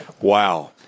wow